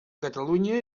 catalunya